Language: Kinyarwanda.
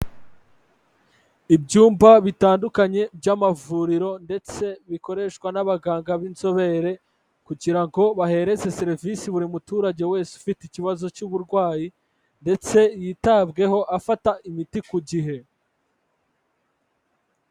Ibyumba bitandukanye by'amavuriro ndetse bikoreshwa n'abaganga b'inzobere kugira ngo bahereze serivisi buri muturage wese ufite ikibazo cy'uburwayi ndetse yitabweho afata imiti ku gihe.